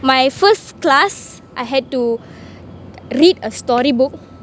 my first class I had to read a storybook